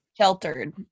Sheltered